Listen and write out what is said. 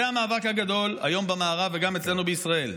זה המאבק הגדול היום במערב, וגם אצלנו בישראל.